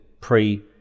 pre